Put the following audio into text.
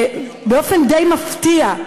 באופן די מפתיע,